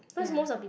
ya